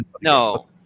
No